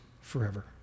forever